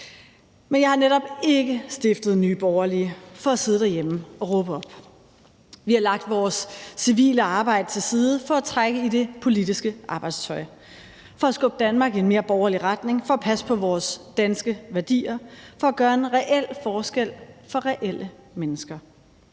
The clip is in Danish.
Men jeg har netop ikke stiftet Nye Borgerlige for at sidde derhjemme og råbe op. Vi har lagt vores civile arbejde til side for at trække i det politiske arbejdstøj, for at skubbe Danmark i en mere borgerlig retning, for at passe på vores danske værdier, for at gøre en reel forskel for reelle mennesker